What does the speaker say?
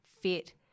fit